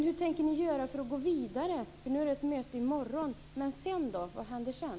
Hur tänker ni göra för att gå vidare? Nu blir det ett möte i morgon. Men vad händer sedan?